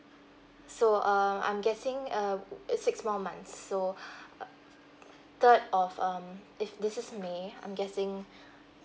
so um I'm guessing err it's six more months so err third of um if this is may I'm guessing